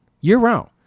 Year-round